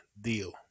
deal